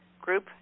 group